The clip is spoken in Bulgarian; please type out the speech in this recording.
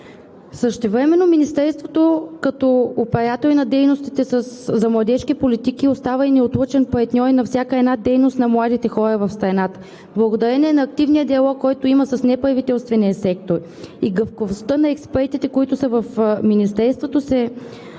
Същевременно Министерството като оператор на дейностите за младежки политики остава и неотлъчен партньор и на всяка една дейност на младите хора в страната. Благодарение на активния диалог, който има с неправителствения сектор и гъвкавостта на експертите, които са в Министерството, се